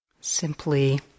simply